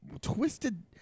twisted